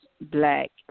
black